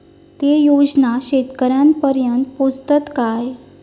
ते योजना शेतकऱ्यानपर्यंत पोचतत काय?